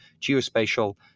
geospatial